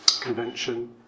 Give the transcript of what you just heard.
Convention